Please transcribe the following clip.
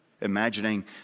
imagining